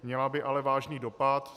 Měla by ale vážný dopad.